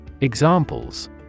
Examples